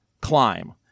climb